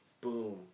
Boom